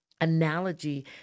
analogy